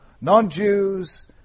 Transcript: non-Jews